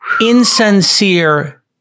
insincere